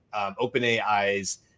OpenAI's